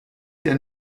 denn